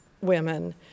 women